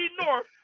North